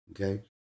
okay